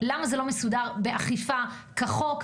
למה זה לא מסודר באכיפה כחוק,